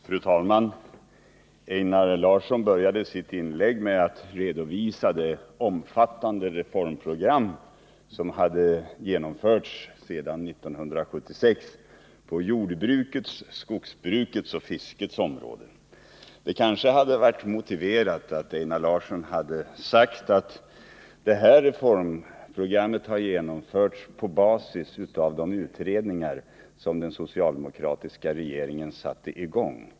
Fru talman! Einar Larsson började sitt inlägg med att redovisa det omfattande reformprogram som hade genomförts sedan 1976 på jordbrukets, skogsbrukets och fiskets område. Det kanske hade varit motiverat att Einar Larsson hade sagt att det här reformprogrammet har genomförts på basis av de utredningar som den socialdemokratiska regeringen satt i gång.